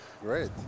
Great